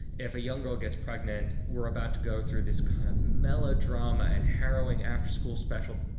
if a young girl gets pregnant, we're about to go through this kind of melodrama and harrowing after-school special.